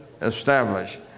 established